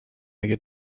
اگه